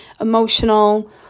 emotional